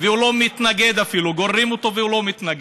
והוא לא מתנגד אפילו, גוררים אותו והוא לא מתנגד.